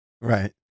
Right